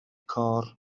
côr